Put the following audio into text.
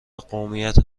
قومیت